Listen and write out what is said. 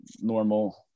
normal